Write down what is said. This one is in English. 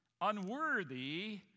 unworthy